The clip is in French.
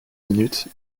minute